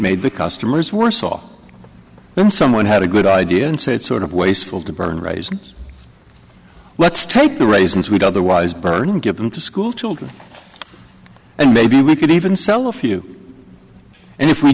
made the customers warsaw then someone had a good idea and said sort of wasteful to burn raisins let's take the raisins we'd otherwise burning give them to schoolchildren and maybe we could even sell a few and if we